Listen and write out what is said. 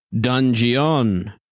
Dungeon